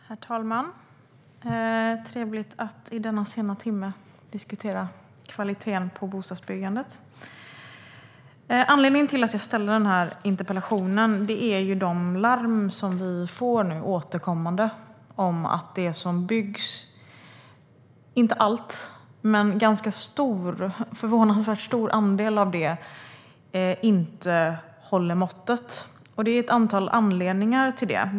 Herr talman! Det är trevligt att vi denna sena timme diskuterar kvaliteten på bostadsbyggandet. Anledningen till att jag ställde interpellationen är de larm som vi återkommande får om att det som byggs, inte allt men en förvånansvärt stor andel, inte håller måttet. Det finns ett antal anledningar till det.